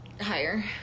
Higher